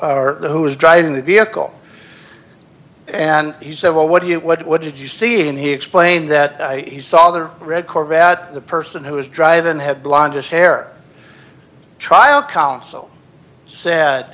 vehicle who was driving the vehicle and he said well what do you what did you see and he explained that he saw the red corvette the person who was driving had blonde hair trial counsel sa